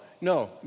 No